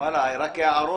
רק הערות?